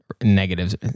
negatives